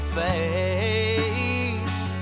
face